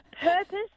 purpose